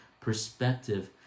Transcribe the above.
perspective